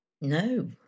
No